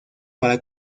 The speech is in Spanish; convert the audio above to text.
para